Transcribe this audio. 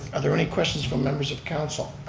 are there any questions from members of council?